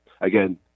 Again